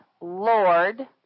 Lord